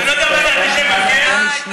זה לא דומה, תודה רבה לחבר הכנסת אבו מערוף.